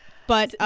but.